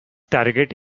target